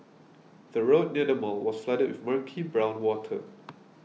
the road near the mall was flooded with murky brown water